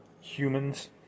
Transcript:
humans